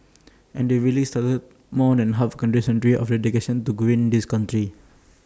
and really started more than half A century of dedication to greening this country